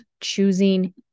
choosing